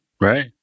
Right